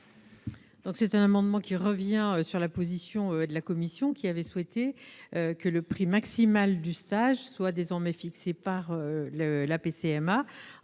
Cet amendement vise à revenir sur la position de la commission, qui a souhaité que le prix maximal du stage soit désormais fixé par l'APCMA,